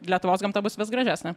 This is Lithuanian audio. lietuvos gamta bus vis gražesnė